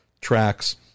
tracks